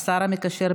להפריע.